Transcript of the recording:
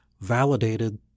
validated